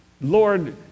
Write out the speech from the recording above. Lord